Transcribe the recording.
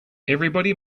everybody